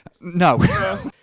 No